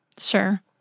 Sure